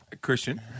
Christian